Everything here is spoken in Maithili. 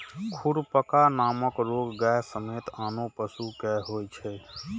खुरपका नामक रोग गाय समेत आनो पशु कें होइ छै